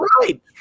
right